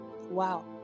Wow